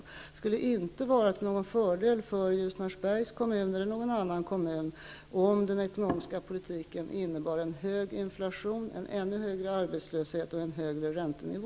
Det skulle inte vara till någon fördel för Ljusnarsbergs kommun eller någon annan kommun om den ekonomiska politiken innebar en hög inflation, en ännu högre arbetslöshet och en högre räntenivå.